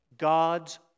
God's